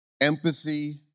empathy